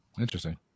Interesting